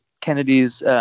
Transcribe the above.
Kennedy's –